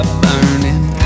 burning